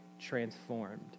transformed